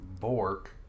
bork